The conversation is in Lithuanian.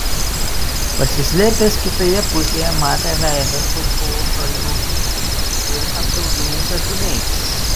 pasislėpęs kitoje pusėje matė veidą su pošalmiu ir apsauginiais akiniais